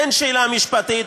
אין שאלה משפטית.